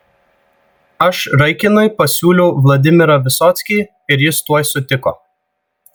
aš raikinui pasiūliau vladimirą visockį ir jis tuoj sutiko